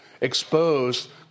exposed